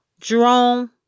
Jerome